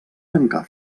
tancar